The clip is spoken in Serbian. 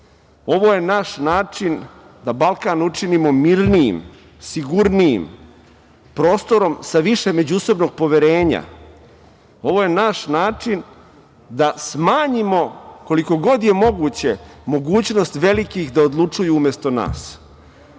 je naš način da Balkan učinimo mirnijim, sigurnijim prostorom sa više međusobnog poverenja. Ovo je naš način da smanjimo, koliko god je moguće, mogućnost velikih da odlučuju umesto nas.